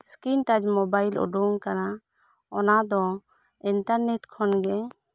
skin touch mobile ᱩᱰᱩᱝ ᱟᱠᱟᱱᱟ ᱚᱱᱟ ᱫᱚ ᱤᱱᱴᱟᱨ ᱱᱮᱴ ᱠᱷᱚᱱ ᱜᱮ